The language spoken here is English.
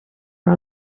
our